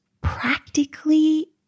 practically